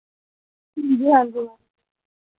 हांजी हांजी